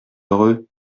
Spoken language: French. heureux